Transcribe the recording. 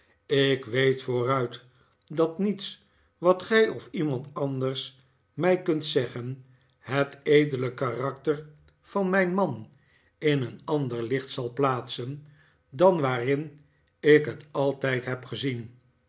ik weet vooruit dat niets wat gij of iemand anders mij kunt zeggen het edele karakter van mijn man in een ander licht zal plaatsen dan waarin ik het altijd heb gezien